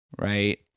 right